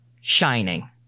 shining